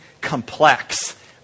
complex